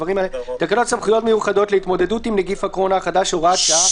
לחוק סמכויות מיוחדות להתמודדות עם נגיף הקורונה החדש (הוראת שעה),